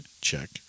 check